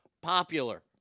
popular